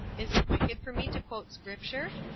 is it wicked for me to quote scripture?